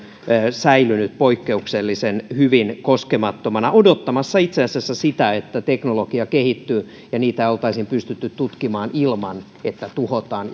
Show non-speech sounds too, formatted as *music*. säilynyt poikkeuksellisen hyvin koskemattomana odottamassa itse asiassa sitä että teknologia kehittyy ja oltaisiin pystytty tutkimaan ilman että tuhotaan *unintelligible*